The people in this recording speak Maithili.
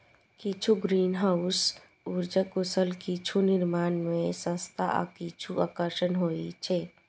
किछु ग्रीनहाउस उर्जा कुशल, किछु निर्माण मे सस्ता आ किछु आकर्षक होइ छै